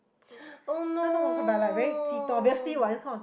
oh no